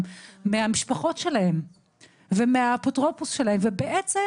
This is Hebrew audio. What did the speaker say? מהמשפחות שלהם ומהאפוטרופוס שלהם ובעצם